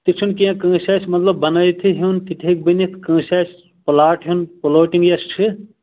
تہِ چھُنہٕ کینٛہہ کٲنٛسہِ آسہِ مطلب بنٲیتھٕے ہیوٚن تہِ تہِ ہیٚکہِ بٔنِتھ کٲنٛسہِ آسہِ پٕلاٹ ہیوٚن پُلوٹِںٛگ یۄس چھِ